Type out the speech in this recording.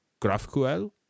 GraphQL